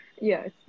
Yes